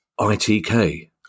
ITK